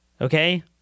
okay